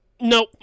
Nope